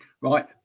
right